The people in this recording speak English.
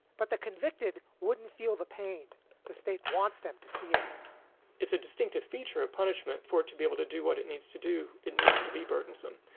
but the convicted wouldn't feel the pain the state wants them to feel it's a distinctive feature of punishment for it to be able to do what it needs to do. it needs to be burdensome.